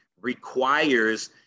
requires